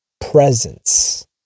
presence